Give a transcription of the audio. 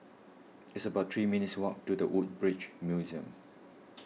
it's about three minutes' walk to the Woodbridge Museum